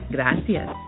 Gracias